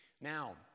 Now